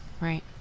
Right